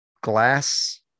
glass